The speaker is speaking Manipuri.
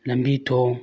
ꯂꯝꯕꯤ ꯊꯣꯡ